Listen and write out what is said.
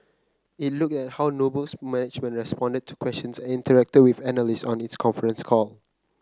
it looked at how Noble's management responded to questions and interacted with analysts on its conference call